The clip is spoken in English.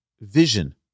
vision